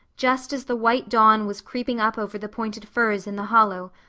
just as the white dawn was creeping up over the pointed firs in the hollow,